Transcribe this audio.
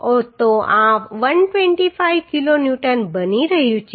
તો આ 125 kilo newton બની રહ્યું છે